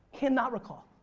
cannot recall.